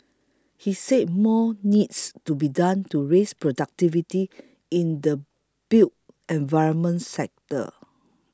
he said more needs to be done to raise productivity in the built environment sector